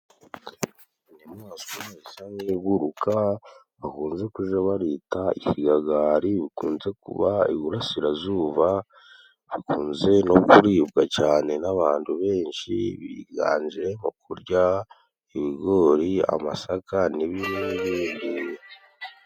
Inyamaswa isa n'ibiguruka bakuze kujya barita ikiyagari, ikunze kuba i Burasirazuba bikunze no kuribwa cyane n'abantu benshi biganje mu kurya ibigori, amasaka n'ibindi n'ibindi.